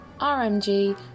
RMG